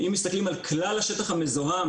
אם מסתכלים על כלל השטח המזוהם,